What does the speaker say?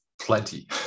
plenty